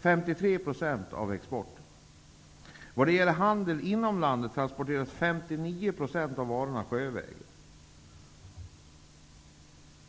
53 % med sjötransport. Vad gäller handel inom landet transporteras 59 % av varorna sjövägen.